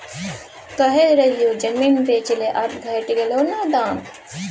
कहय रहियौ जमीन बेच ले आब घटि गेलौ न दाम